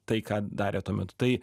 tai ką darė tuo metu tai